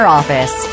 office